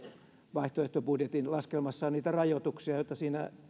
vaihtoehtobudjetin laskelmassaan niistä rajoituksista joita